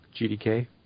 GDK